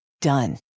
Done